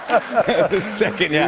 the second. yeah